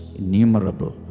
innumerable